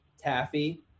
taffy